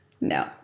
No